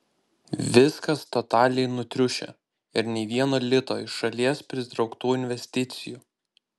viskas totaliai nutriušę ir nei vieno lito iš šalies pritrauktų investicijų